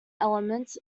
elements